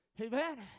Amen